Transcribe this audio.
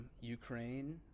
Ukraine